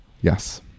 yes